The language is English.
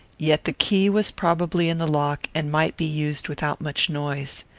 yet the key was probably in the lock, and might be used without much noise.